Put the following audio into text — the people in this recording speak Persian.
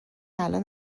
الان